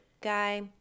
guy